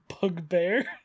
bugbear